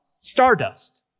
stardust